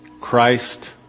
Christ